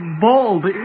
Bald